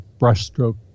brushstroke